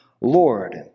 Lord